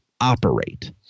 operate